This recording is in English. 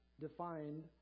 defined